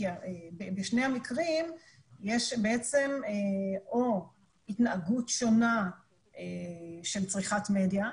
כי בשני המקרים יש או התנהגות שונה של צריכת מדיה,